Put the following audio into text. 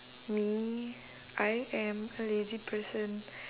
me I am a lazy person